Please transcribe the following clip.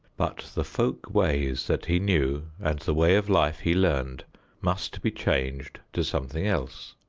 but the folk-ways that he knew and the way of life he learned must be changed to something else.